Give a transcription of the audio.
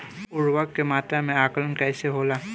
उर्वरक के मात्रा में आकलन कईसे होला?